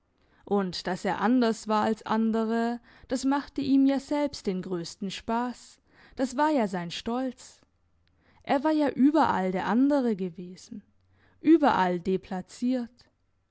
und dass er anders war als andere das machte ihm ja selbst den grössten spass das war ja sein stolz er war ja überall der andere gewesen überall deplaciert